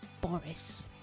boris